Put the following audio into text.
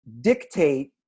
Dictate